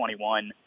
21